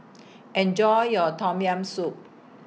Enjoy your Tom Yam Soup